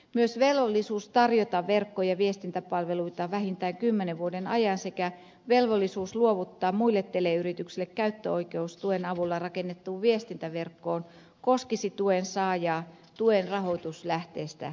myös velvollisuus tarjota verkko ja viestintäpalveluita vähintään kymmenen vuoden ajan sekä velvollisuus luovuttaa muille teleyrityksille käyttöoikeus tuen avulla rakennettuun viestintäverkkoon koskisi tuen saajaa tuen rahoituslähteestä riippumatta